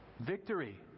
Victory